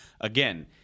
Again